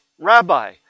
Rabbi